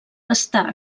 està